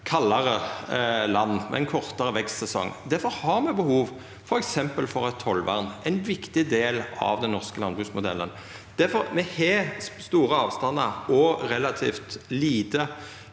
kaldare land, med ein kortare vekstsesong. Difor har me f.eks. behov for eit tollvern, ein viktig del av den norske landbruksmodellen. Me har store avstandar og relativt lite